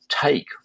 take